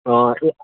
অঁ এই